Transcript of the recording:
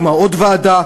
הוקמה עוד ועדה,